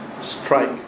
strike